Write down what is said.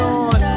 on